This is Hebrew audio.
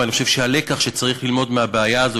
ואני חושב שהלקח שצריך ללמוד מהבעיה הזאת,